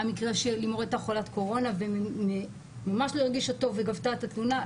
המקרה שלימור הייתה חולת קורונה וממש לא הרגישה טוב וגבתה את התלונה.